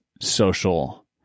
social